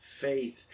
faith